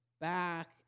back